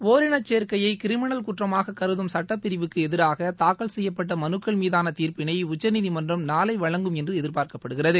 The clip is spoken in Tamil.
ஒரிள சேர்க்கையை கிரிமினல் குற்றமாக கருதும் சுட்டப்பிரிவுக்கு எதிராக தாக்கல் செய்யப்பட்ட மனுக்கள் மீதான தீர்ப்பினை உச்சநீதிமன்றம் நாளை வழங்கும் என்று எதிர்பார்க்கப்படுகிறது